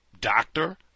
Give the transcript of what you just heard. doctor